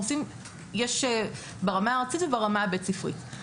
אנחנו פועלים גם ברמה הארצית וגם ברמה הבית ספרית.